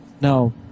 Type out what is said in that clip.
no